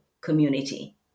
community